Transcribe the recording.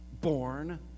born